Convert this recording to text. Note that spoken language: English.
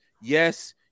Yes